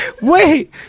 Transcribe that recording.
Wait